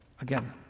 Again